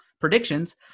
predictions